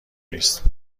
نیست